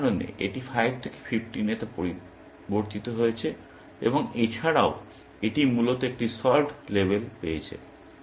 এই উদাহরণে এটি 5 থেকে 15 তে পরিবর্তিত হয়েছে এবং এছাড়াও এটি মূলত একটি সল্ভড লেবেল পেয়েছে